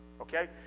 okay